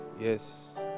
Yes